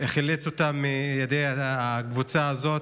חילץ אותם מידי הקבוצה הזאת.